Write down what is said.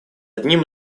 одним